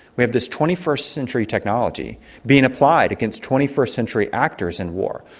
we have this twenty first century technology being applied against twenty first century actors in war.